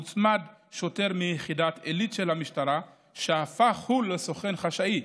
הוצמד שוטר מיחידת עילית של המשטרה שהפך לסוכן חשאי.